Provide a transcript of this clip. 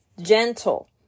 gentle